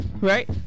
right